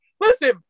listen